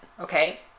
okay